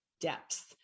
depth